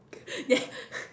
then